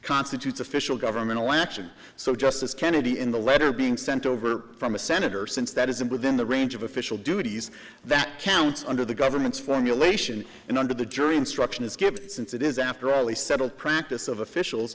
constitutes official government election so justice kennedy in the letter being sent over from a senator since that isn't within the range of official duties that counts under the government's formulation and under the jury instruction is given since it is after all the settled practice of officials